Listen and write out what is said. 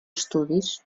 estudis